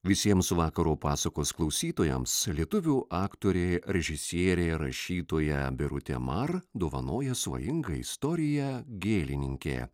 visiems vakaro pasakos klausytojams lietuvių aktorė režisierė rašytoja birutė mar dovanoja svajingą istoriją gėlininkė